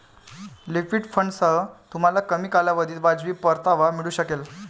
liquid फंडांसह, तुम्हाला कमी कालावधीत वाजवी परतावा मिळू शकेल